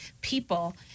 people